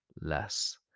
less